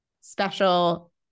special